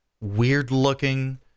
weird-looking